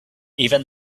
even